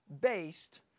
based